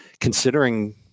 considering